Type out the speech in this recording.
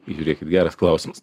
žiūrėkit geras klausimas